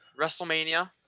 WrestleMania